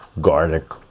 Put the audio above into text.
Garlic